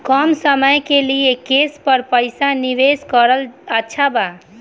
कम समय के लिए केस पर पईसा निवेश करल अच्छा बा?